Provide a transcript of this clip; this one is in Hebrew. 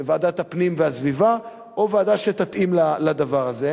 בוועדת הפנים והגנת הסביבה או ועדה שתתאים לדבר הזה,